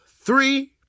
three